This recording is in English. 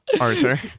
Arthur